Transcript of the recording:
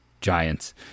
Giants